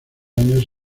años